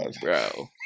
Bro